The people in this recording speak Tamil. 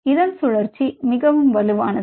இதன் சுழற்சி மிகவும் வலுவானது